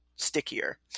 Stickier